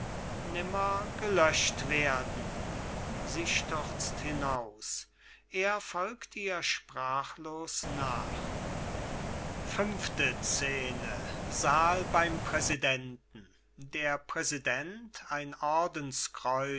nimmer gelöscht werden sie stürzt hinaus er folgt ihr sprachlos nach fünfte scene saal beim präsidenten der präsident ein